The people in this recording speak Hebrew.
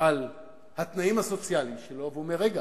על התנאים הסוציאליים שלו ואומר: רגע,